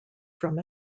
from